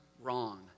wrong